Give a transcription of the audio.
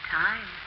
time